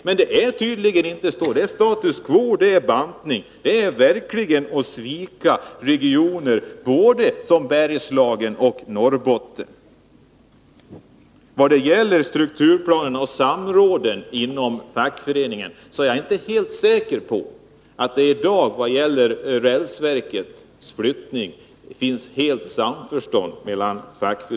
Men det blir tydligen inte så. Det är status quo eller t.o.m. bantning. Detta är verkligen att svika regioner som Bergslagen och Norrbotten. Vad gäller strukturplanen och samråden inom fackföreningarna är jag inte heller säker på att det i dag finns fullt samförstånd mellan fackföreningarna beträffande flyttningen av rälsverket.